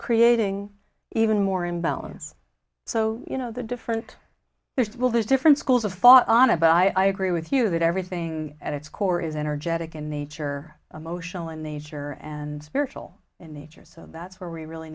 creating even more imbalance so you know the different there's well there's different schools of thought on about i agree with you that everything at its core is energetic in nature motional in nature and spiritual in nature so that's where we really